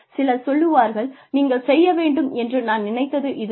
சிலர் சொல்வார்கள் நீங்கள் செய்ய வேண்டும் என்று நான் நினைத்தது இது தான்